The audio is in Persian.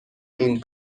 این